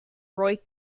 roy